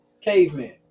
cavemen